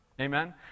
Amen